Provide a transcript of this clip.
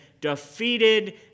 defeated